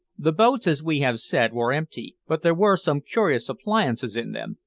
the boats, as we have said, were empty, but there were some curious appliances in them,